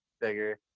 bigger